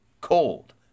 cold